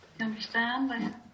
understand